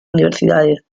universidades